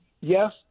Yes